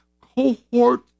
cohort